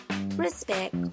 respect